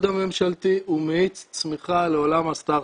הממשלתי הוא מאיץ צמיחה לעולם הסטרטאפים.